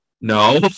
no